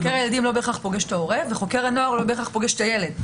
חוקר הילדים לא בהכרח פוגש את ההורה וחוקר הנוער לא בהכרח פוגש את הילד.